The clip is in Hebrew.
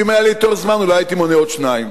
אם היה לי יותר זמן אולי הייתי מונה עוד שניים.